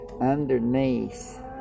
underneath